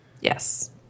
Yes